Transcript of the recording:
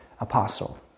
apostle